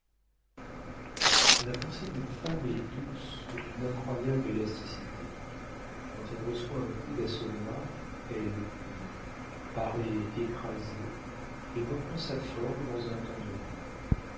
la pensée d'une femme est douée d'une incroyable élasticité quand elle reçoit un coup d'assommoir elle plie paraît écrasée et reprend sa forme dans un temps donné